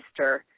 Mr